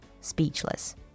speechless